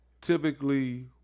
typically